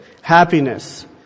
happiness